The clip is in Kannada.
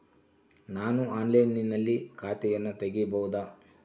ನಾನು ಆನ್ಲೈನಿನಲ್ಲಿ ಖಾತೆಯನ್ನ ತೆಗೆಯಬಹುದಾ?